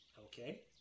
Okay